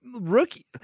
rookie